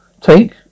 take